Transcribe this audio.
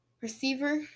receiver